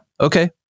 okay